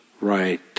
right